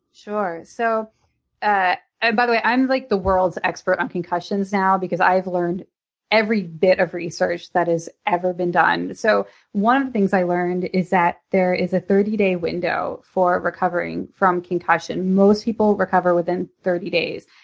sure. so ah by the way, i'm like the world's expert on concussions now because i have learned every bit of research that has ever been done. so one of the things i learned is that there is a thirty day window for recovering from concussion. most people recover within thirty days.